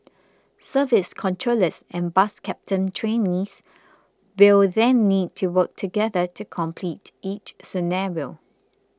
service controllers and bus captain trainees will then need to work together to complete each scenario